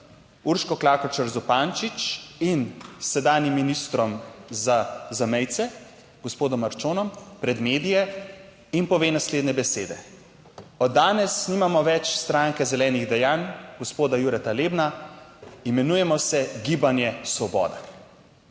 Urško Klakočar Zupančič in s sedanjim ministrom za zamejce, gospodom Arčonom pred medije in pove naslednje besede: "Od danes nimamo več stranke zelenih dejanj gospoda Jureta Lebna, imenujemo se Gibanje Svoboda."